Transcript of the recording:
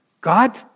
God